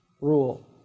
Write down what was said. rule